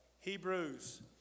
Hebrews